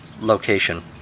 location